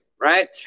Right